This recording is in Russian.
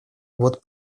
вот